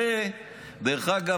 דרך אגב,